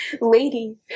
Lady